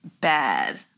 bad